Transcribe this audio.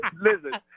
Listen